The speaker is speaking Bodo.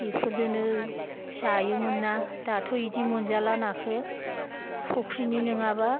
इफोरजोनो जायोमोनना दाथ' इदि मोनजाला नाखो फुख्रिनि नङाब्ला